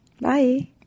Bye